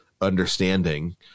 understanding